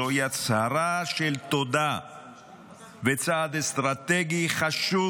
זוהי הצהרה של תודה וצעד אסטרטגי חשוב